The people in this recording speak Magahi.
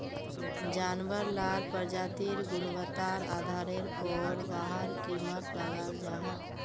जानवार लार प्रजातिर गुन्वात्तार आधारेर पोर वहार कीमत लगाल जाहा